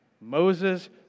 Moses